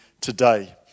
today